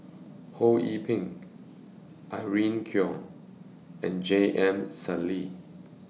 Ho Yee Ping Irene Khong and J M Sali